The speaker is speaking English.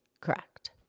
Correct